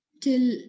till